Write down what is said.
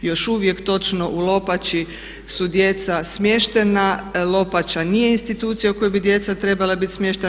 Još uvijek točno u Lopači su djeca smještena, Lopača nije institucija u kojoj bi djeca trebala biti smještena.